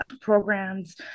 programs